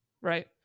right